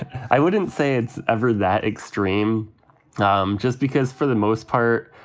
i wouldn't say it's ever that extreme um just because for the most part,